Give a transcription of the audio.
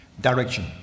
direction